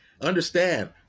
Understand